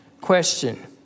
Question